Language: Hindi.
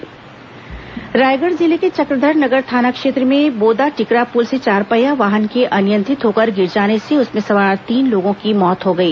दुर्घटना रायगढ़ जिले के चक्रधर नगर थाना क्षेत्र में बोदाटीकरा पुल से चारपहिया वाहन के अनियंत्रत होकर गिर जाने से उसमें सवार तीन लोगों की मौत हो गई